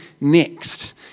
next